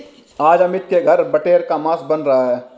आज अमित के घर बटेर का मांस बन रहा है